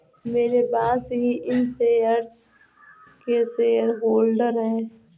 मेरे बॉस ही इन शेयर्स के शेयरहोल्डर हैं